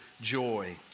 joy